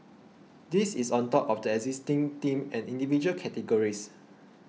this is on top of the existing Team and Individual categories